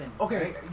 Okay